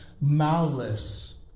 malice